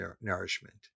nourishment